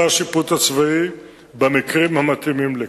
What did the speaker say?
השיפוט הצבאי במקרים המתאימים לכך.